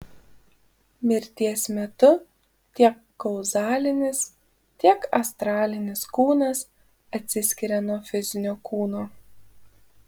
mirties metu tiek kauzalinis tiek astralinis kūnas atsiskiria nuo fizinio kūno